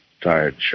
tired